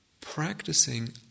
practicing